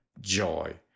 joy